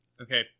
Okay